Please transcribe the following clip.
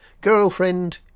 Girlfriend